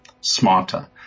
smarter